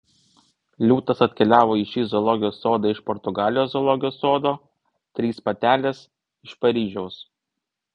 liūtas atkeliavo į šį zoologijos sodą iš portugalijos zoologijos sodo trys patelės iš paryžiaus